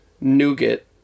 Nougat